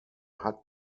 hat